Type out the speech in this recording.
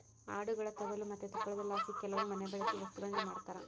ಆಡುಗುಳ ತೊಗಲು ಮತ್ತೆ ತುಪ್ಪಳದಲಾಸಿ ಕೆಲವು ಮನೆಬಳ್ಕೆ ವಸ್ತುಗುಳ್ನ ಮಾಡ್ತರ